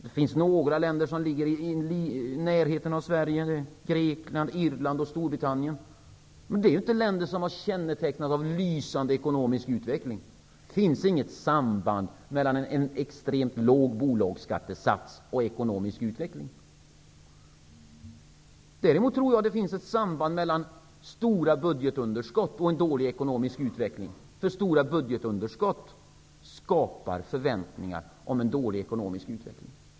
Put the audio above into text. Det finns några länder som ligger i närheten av Sverige -- Grekland, Irland och Storbritannien. Det är inte länder som har kännetecknats av lysande ekonomisk utveckling. Det finns inget samband mellan en extremt låg bolagsskattesats och ekonomisk utveckling. Jag tror däremot att det finns ett samband mellan stora budgetunderskott och en dålig ekonomisk utveckling. Stora budgetunderskott skapar förväntningar om en dålig ekonomisk utveckling.